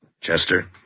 Chester